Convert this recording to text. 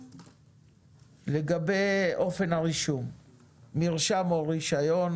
לגבי אופן הרישום מרשם או רישיון,